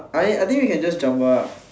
I mean I think we can just jumble up